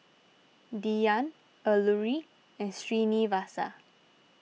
Dhyan Alluri and Srinivasa